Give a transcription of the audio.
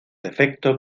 defecto